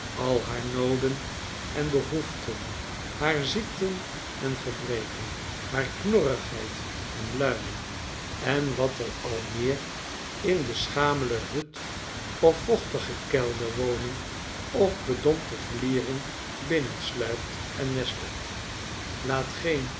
al haar nooden en behoeften haar ziekten en gebreken haar knorrigheid en luimen en wat er al meer in de schamele hut of vochtige kelderwoning of bedompte vliering binnensluipt en nestelt laat geen